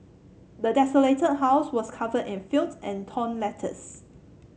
the desolated house was covered in filth and torn letters